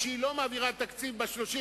כשהיא לא מעבירה תקציב ב-31